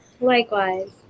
likewise